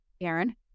aaron